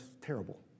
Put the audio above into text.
terrible